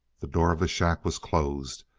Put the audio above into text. the door of the shack was closed,